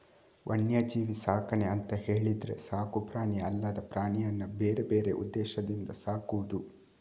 ವನ್ಯಜೀವಿ ಸಾಕಣೆ ಅಂತ ಹೇಳಿದ್ರೆ ಸಾಕು ಪ್ರಾಣಿ ಅಲ್ಲದ ಪ್ರಾಣಿಯನ್ನ ಬೇರೆ ಬೇರೆ ಉದ್ದೇಶದಿಂದ ಸಾಕುದು